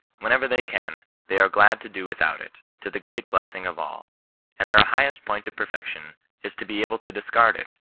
whenever they can they are glad to do without it, to the great blessing of all and their highest point of perfection is to be able to discard it,